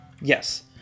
Yes